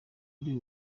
ari